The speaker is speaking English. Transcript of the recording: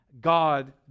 God